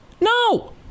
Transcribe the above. No